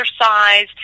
exercise